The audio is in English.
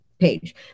page